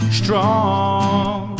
strong